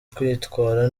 kwitwara